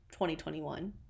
2021